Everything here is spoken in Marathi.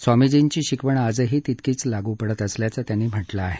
स्वामीजींची शिकवण आजही तितकीच लागू पडत असल्याचं त्यांनी म्हटलं आहे